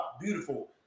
beautiful